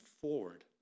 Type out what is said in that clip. forward